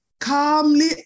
calmly